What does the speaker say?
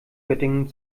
göttingen